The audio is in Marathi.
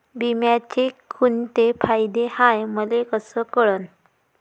बिम्याचे कुंते फायदे हाय मले कस कळन?